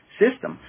system